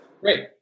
Great